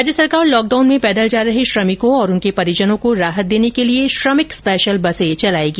राज्य सरकार लॉकडाउन में पैदल जा रहे श्रमिकों और उनके परिजनों को राहत देने के लिए श्रमिक स्पेशल बसे चलाएगी